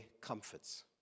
comforts